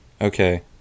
Okay